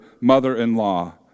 mother-in-law